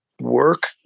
work